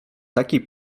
takiej